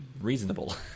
reasonable